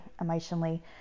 emotionally